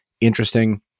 interesting